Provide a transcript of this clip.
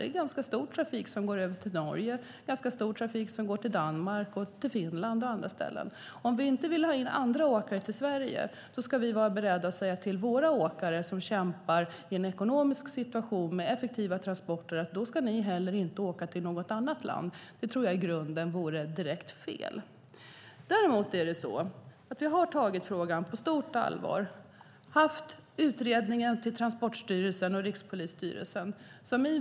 Det är ganska mycket trafik som går till Norge, Danmark, Finland och andra ställen. Om vi inte vill ha in andra åkare i Sverige måste vi vara beredda att säga till våra åkare, som kämpar med effektiva transporter i en ekonomisk situation, att de inte heller ska åka till något annat land. Jag tror att det i grunden vore direkt fel. Däremot har vi tagit frågan på stort allvar. Vi har bett Transportstyrelsen och Rikspolisstyrelsen att utreda detta.